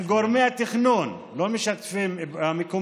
גורמי התכנון המקומיים.